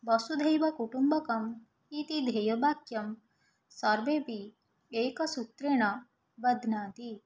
वसुधैव कुटुम्बकम् इति ध्येयवाक्यं सर्वेपि एकसूत्रेण बध्नन्ति